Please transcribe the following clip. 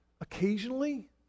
occasionally